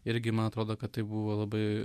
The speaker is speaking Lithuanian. irgi man atrodo kad tai buvo labai